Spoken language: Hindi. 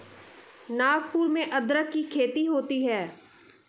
नागपुर में अदरक की खेती होती है